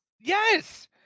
Yes